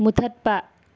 ꯃꯨꯠꯊꯠꯄ